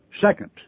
second